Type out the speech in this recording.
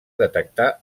detectar